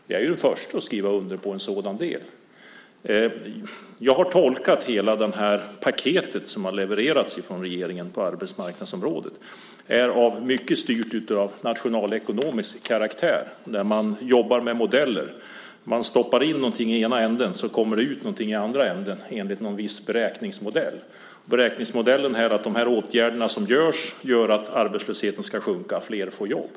Jag är ju den förste att skriva under på något sådant. Jag har tolkat det paket på arbetsmarknadsområdet som levererats från regeringen så att det i mycket är av nationalekonomisk karaktär där man jobbar med modeller. Man stoppar in något i ena ändan och sedan kommer det ut något i den andra enligt en viss beräkningsmodell. Beräkningsmodellen här är att de åtgärder som vidtas innebär att arbetslösheten ska sjunka och flera få jobb.